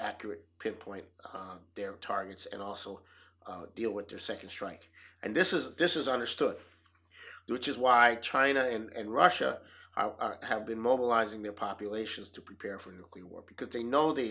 accurate pinpoint their targets and also deal with their second strike and this is this is understood which is why china and russia are have been mobilizing their populations to prepare for nuclear war because they know the